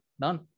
done